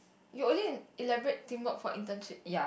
you only elaborate teamwork for internship